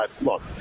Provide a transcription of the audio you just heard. look